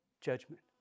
judgment